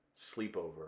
sleepover